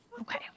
okay